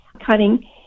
cutting